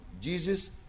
Jesus